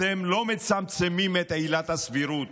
אתם לא מצמצמים את עילת הסבירות,